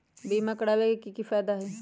बीमा करबाबे के कि कि फायदा हई?